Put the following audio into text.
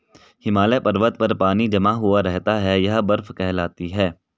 हिमालय पर्वत पर पानी जमा हुआ रहता है यह बर्फ कहलाती है